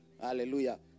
Hallelujah